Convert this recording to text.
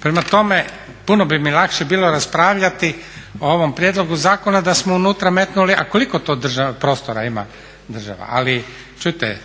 Prema tome, puno bi mi lakše bilo raspravljati o ovom prijedlogu zakona da smo unutra metnuli a koliko to državnog prostora ima država, ali čujte